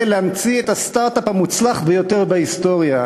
להמציא את הסטרט-אפ המוצלח ביותר בהיסטוריה.